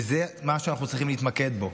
וזה מה שאנחנו צריכים להתמקד בו,